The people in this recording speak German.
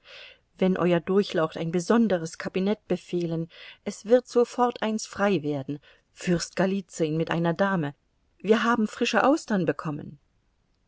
wenn euer durchlaucht ein besonderes kabinett befehlen es wird sofort eines frei werden fürst golizün mit einer dame wir haben frische austern bekommen